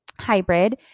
hybrid